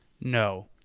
No